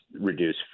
reduce